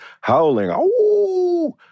howling